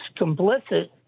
complicit